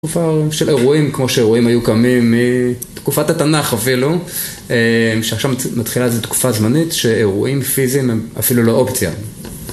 תקופה של אירועים כמו שאירועים היו קמים מתקופת התנ״ך אפילו שעכשיו מתחילה תקופה זמנית שאירועים פיזיים הם אפילו לא אופציה